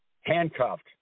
handcuffed